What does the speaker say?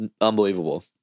unbelievable